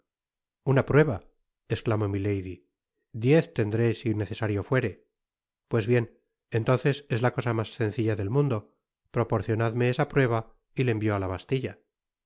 una prueba esclamó milady diez tendré si necesario fuere pues bien entonces es la cosa mas sencilla del mundo proporcionadme esa prueba y le envio á la bastilla